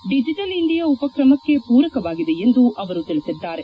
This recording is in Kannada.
ಡಿಜೆಟಲ್ ಇಂಡಿಯಾ ಉಪಕ್ರಮಕ್ಕೆ ಪೂರಕವಾಗಿದೆ ಎಂದು ಅವರು ತಿಳಿಸಿದ್ದಾರೆ